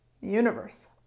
universe